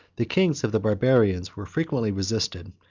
the kings of the barbarians were frequently resisted,